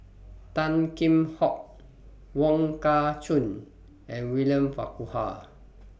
Tan Kheam Hock Wong Kah Chun and William Farquhar